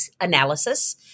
analysis